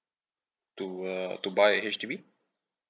to uh to buy a H_D_B